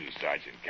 Sergeant